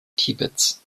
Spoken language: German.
tibets